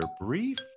brief